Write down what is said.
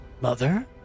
Mother